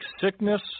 sickness